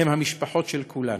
הן המשפחות של כולנו.